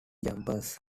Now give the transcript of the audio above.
jumpers